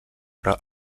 però